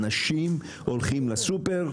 אנשים הולכים לסופר,